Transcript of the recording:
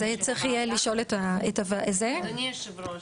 את זה צריך יהיה לשאול את --- אדוני היושב-ראש,